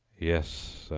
yes,